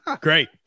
Great